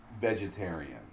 vegetarian